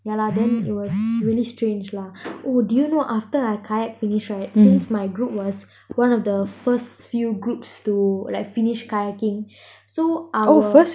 yeah lah then it was really strange lah oo do you know after I kayak finish right since my group was one of the first few groups to like finish kayaking so our